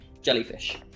jellyfish